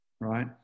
Right